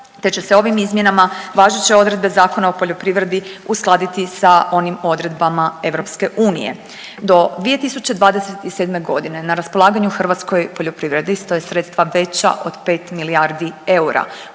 te će se ovim izmjenama važeće odredbe Zakona o poljoprivredi uskladiti sa onim odredbama EU. Do 2027. g. na raspolaganju hrvatskoj poljoprivredi stoje sredstva veća od 5 milijardi eura.